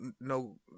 No